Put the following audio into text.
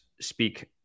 speak